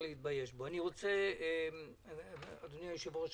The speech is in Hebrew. אדוני יושב-ראש